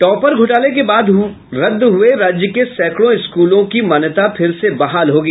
topper घोटाले के बाद रद्द हुये राज्य के सैंकड़ों स्कूलों की मान्यता फिर से बहाल होगी